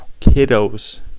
kiddos